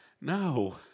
No